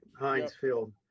Hinesfield